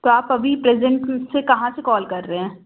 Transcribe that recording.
तो आप अभी प्रज़ेंट फिर से कहाँ से कॉल कर रहे हैं